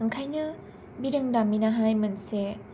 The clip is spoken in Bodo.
ओंखायनो बिरोंदामिनाहाय मोनसे